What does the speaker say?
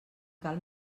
cal